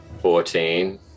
Fourteen